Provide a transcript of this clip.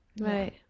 Right